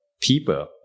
people